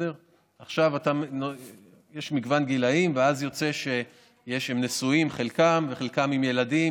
יש מגוון גילים ואז יוצא שחלקם נשואים וחלקם עם ילדים.